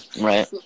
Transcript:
Right